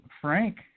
Frank